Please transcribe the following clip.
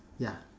ya